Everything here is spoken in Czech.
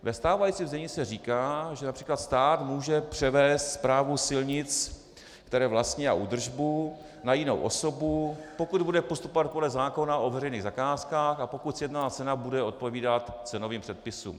Ve stávajícím znění se říká, že např. stát může převést správu silnic, které vlastní, a údržbu na jinou osobu, pokud bude postupovat podle zákona o veřejných zakázkách a pokud sjednaná cena bude odpovídat cenovým předpisům.